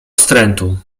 wstrętu